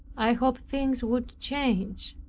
i hoped things would change.